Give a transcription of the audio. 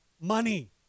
money